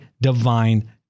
divine